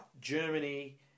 Germany